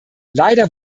leider